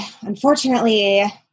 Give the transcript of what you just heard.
unfortunately